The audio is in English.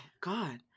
god